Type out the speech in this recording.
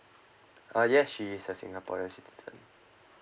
uh yes she is a singaporean citizen